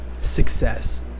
success